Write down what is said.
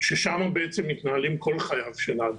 ששם בעצם מתנהלים כל חייו של האדם,